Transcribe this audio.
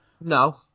No